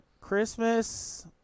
Christmas